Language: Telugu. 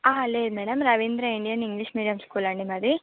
ఆహా లేదు madam Ravindra Indian English medium school అండి మాది